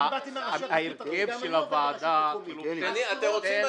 --- אתם רוצים?